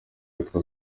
yitwa